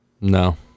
no